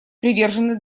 привержены